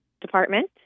Department